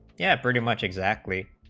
yeah pretty much exactly